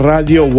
Radio